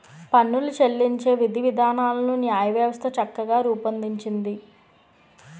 పన్నులు చెల్లించే విధివిధానాలను న్యాయవ్యవస్థ చక్కగా రూపొందించింది